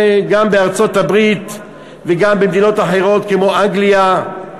גם בארצות-הברית וגם במדינות אחרות, כמו אנגליה,